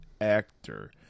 actor